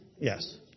Yes